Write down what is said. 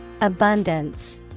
Abundance